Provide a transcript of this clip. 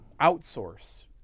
outsource